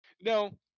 No